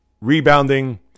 rebounding